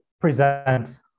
present